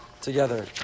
together